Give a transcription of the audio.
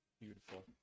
Beautiful